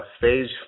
Phase